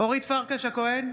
אורית פרקש הכהן,